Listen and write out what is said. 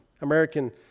American